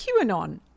QAnon